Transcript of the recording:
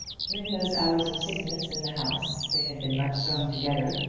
during those hours of sickness in the house they had been much thrown together,